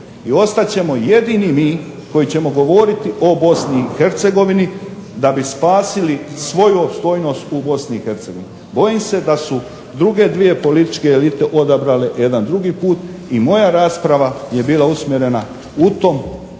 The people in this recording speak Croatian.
I ostat ćemo jedini mi koji ćemo govoriti o BiH da bi spasili svoju opstojnost u BiH. Bojim se da su druge dvije političke elite odabrale jedan drugi put i moja rasprava je bila usmjerena u tom